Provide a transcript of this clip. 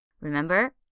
Remember